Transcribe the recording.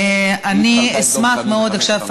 אני אשמח מאוד עכשיו,